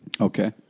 Okay